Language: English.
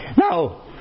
now